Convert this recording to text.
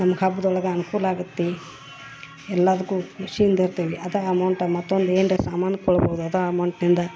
ನಮ್ಗ ಹಬ್ದೊಳಗ ಅನ್ಕೂಲ ಆಗತ್ತಿ ಎಲ್ಲಾದಕ್ಕು ಖುಷಿಯಿಂದ ಇರ್ತೀವಿ ಅದ ಅಮೌಂಟ್ ಮತ್ತೊಂದು ಏನ್ರ ಸಾಮಾನು ಕೊಳ್ಬೋದು ಅದ ಅಮೌಂಟ್ನಿಂದ